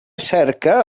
cerca